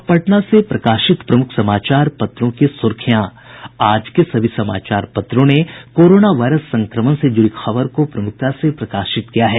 अब पटना से प्रकाशित प्रमुख समाचार पत्रों की सुर्खियां आज के सभी समाचार पत्रों ने कोरोना वायरस संक्रमण से जुड़ी खबर को प्रमुखता से प्रकाशित किया है